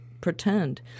pretend